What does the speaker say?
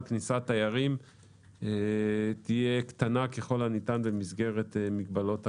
כניסת תיירים תהיה קטנה ככל הניתן במסגרת מגבלות הקורונה.